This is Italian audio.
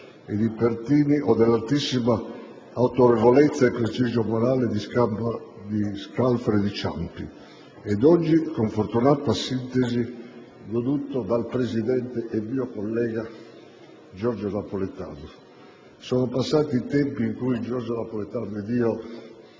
e di Pertini o dell'altissima autorevolezza e prestigio morale di Scalfaro e di Ciampi, ed oggi con una fortunata sintesi goduto dal presidente e mio collega Giorgio Napolitano. Sono passati i tempi in cui Giorgio Napolitano ed io